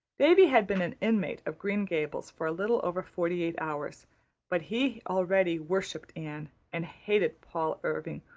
davy had been an inmate of green gables for little over forty-eight hours but he already worshipped anne and hated paul irving,